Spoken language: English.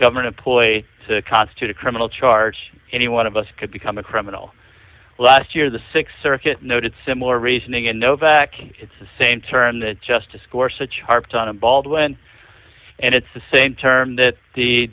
government employee to constitute a criminal charge any one of us could become a criminal last year the th circuit noted similar reasoning in nowak it's the same term that justice course a chart on a baldwin and it's the same term that the